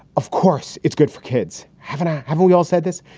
of course it's good for kids, haven't i? haven't we all said this?